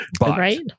Right